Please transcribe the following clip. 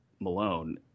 Malone